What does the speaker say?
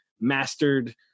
mastered